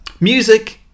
Music